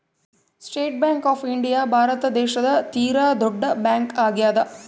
state Bank of India Bharat ದೇಶದ ತೀರ ದೊಡ್ಡ ಬ್ಯಾಂಕ್ ಆಗ್ಯಾದ